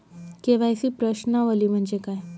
KYC प्रश्नावली म्हणजे काय?